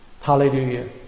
Hallelujah